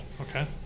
Okay